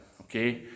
okay